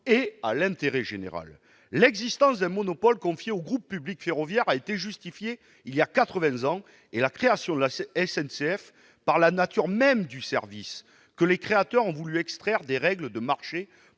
et à l'intérêt général. L'existence d'un monopole confié au groupe public ferroviaire a été justifiée il y a quatre-vingts ans, et la création de la SNCF par la nature même du service, que les créateurs ont voulu extraire des règles de marché